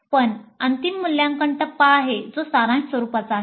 पण अंतिम मूल्यांकन टप्पा आहे जो सारांश स्वरूपाचा आहे